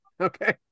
okay